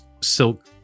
silk